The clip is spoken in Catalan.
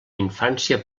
infància